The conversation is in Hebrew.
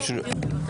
הוא רוצה להעיר.